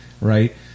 right